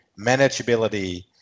manageability